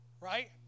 right